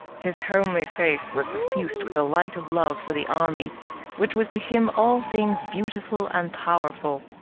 his homely face was suffused with a light of love for the army which was to him all things beautiful and powerful.